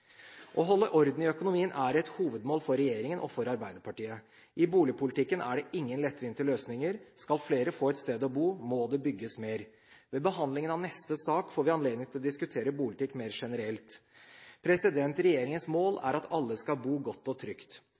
Å holde orden i økonomien er et hovedmål for regjeringen og for Arbeiderpartiet. I boligpolitikken er det ingen lettvinte løsninger. Skal flere få et sted å bo, må det bygges mer. Ved behandlingen av neste sak får vi anledning til å diskutere boligpolitikk mer generelt. Regjeringens mål er at alle skal bo godt og trygt.